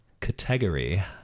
category